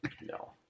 No